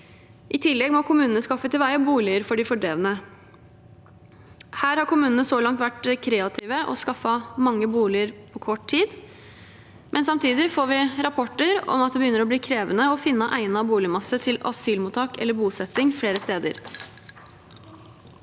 I tillegg må kommunene skaffe til veie boliger for de fordrevne. Her har kommunene så langt vært kreative og skaffet mange boliger på kort tid, men samtidig får vi rapporter om at det begynner å bli krevende å finne egnet boligmasse til asylmottak eller bosetting flere steder.